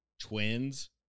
Twins